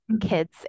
kids